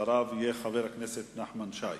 אחריו יהיה חבר הכנסת נחמן שי.